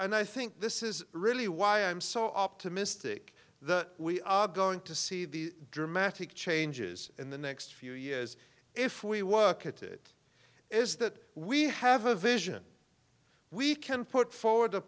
and i think this is really why i'm so optimistic that we are going to see the dramatic changes in the next few years if we work at it is that we have a vision we can put forward